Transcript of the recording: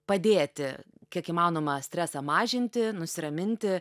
padėti kiek įmanoma stresą mažinti nusiraminti